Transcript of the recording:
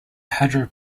hundred